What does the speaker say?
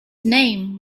name